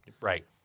Right